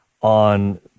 on